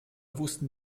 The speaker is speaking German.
wussten